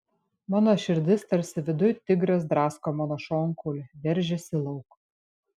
mano širdis tarsi viduj tigras drasko mano šonkaulį veržiasi lauk